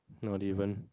not even